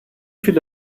viele